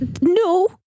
No